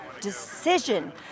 decision